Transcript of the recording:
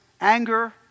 anger